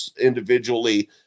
individually